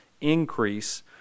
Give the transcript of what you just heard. increase